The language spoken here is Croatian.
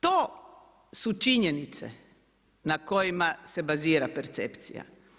To su činjenice na kojima se bazira percepcija.